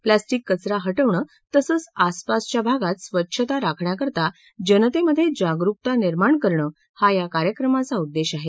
plastic कवरा हटवणं तसंच आसपासच्या भागात स्वच्छता राखण्याकरता जनतेमध्ये जागरुकता निर्माण करणं हा या कार्यक्रमाचा उद्देश आहे